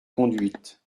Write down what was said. conduite